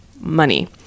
money